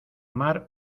mar